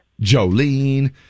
Jolene